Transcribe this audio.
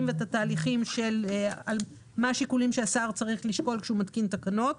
והתהליכים שהשר צריך לשקול כשהוא מתקין תקנות